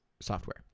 software